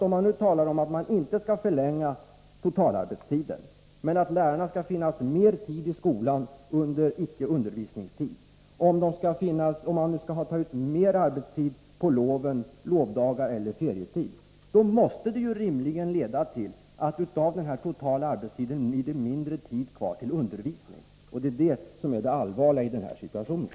Om man nu talar om att man inte skall förlänga totalarbetstiden men säger att lärarna i största utsträckning skall finnas i skolan under icke-undervisningstid, och säger att man skall ta ut mera arbetstid på lovdagar eller ferietid, då måste det leda till, Lena Hjelm-Wallén, att det av den totala arbetstiden blir mindre tid kvar till undervisning. Det är det allvarliga i den här situationen.